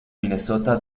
minnesota